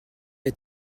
est